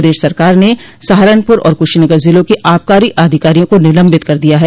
प्रदेश सरकार ने सहारनपुर और कुशीनगर जिलों के आबकारी अधिकारिया को निलम्बित कर दिया है